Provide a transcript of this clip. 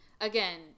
again